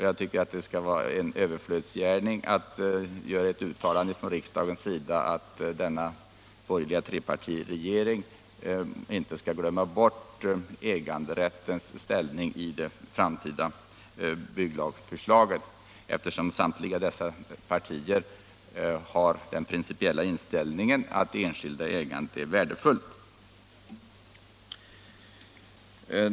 Jag tycker det vore överflödigt av riksdagen att göra ett uttalande om att den borgerliga trepartiregeringen inte skall glömma bort äganderättens ställning i det framtida bygglagsförslaget. Samtliga dessa partier har ju den principiella inställningen att det enskilda ägandet är värdefullt.